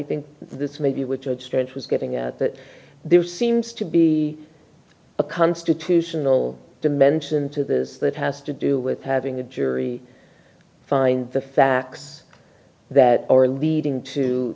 think this may be which instance was getting at that there seems to be a constitutional dimension to this that has to do with having the jury find the facts that are leading to